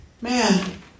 Man